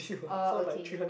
oh okay